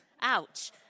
ouch